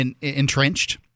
entrenched